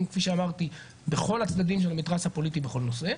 כפי שאמרתי בכל הצדדים של המתרס הפוליטי בכל נושא.